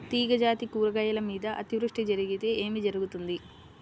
తీగజాతి కూరగాయల మీద అతివృష్టి జరిగితే ఏమి జరుగుతుంది?